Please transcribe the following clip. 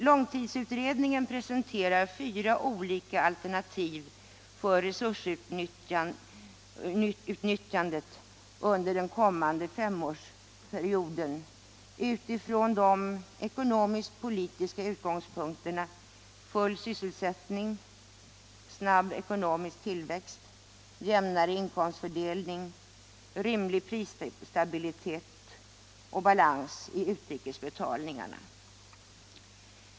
Långtidsutredningen presenterar fyra olika alternativ för resursutnyttjandet under den kommande femårsperioden utifrån de ekonomisk-politiska utgångspunkterna full sysselsättning, snabb ekonomisk tillväxt, jämnare inkomstfördelning, rimlig prisstabilitet och balans i utrikesbetalningarna.